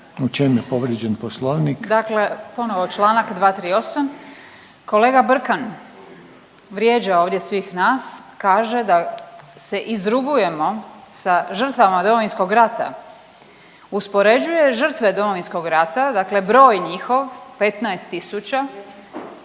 **Puljak, Marijana (Centar)** Dakle, ponovo čl. 238. kolega Brkan vrijeđa ovdje svih nas kaže da se izrugujemo sa žrtvama Domovinskog rata, uspoređuje žrtve Domovinskog rata dakle broj njihov 15.000